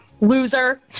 Loser